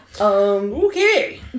Okay